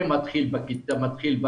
זה מתחיל בשכונה,